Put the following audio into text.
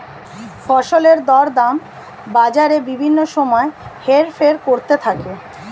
ফসলের দরদাম বাজারে বিভিন্ন সময় হেরফের করতে থাকে